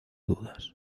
dudas